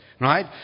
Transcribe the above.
right